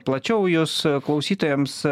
plačiau jus klausytojams